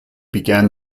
began